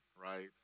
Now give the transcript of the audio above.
right